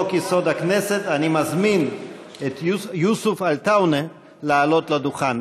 הכנסת, אני מזמין את יוסף עטאונה לעלות לדוכן.